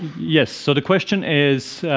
yeah so the question is,